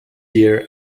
year